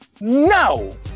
No